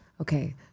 okay